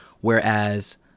Whereas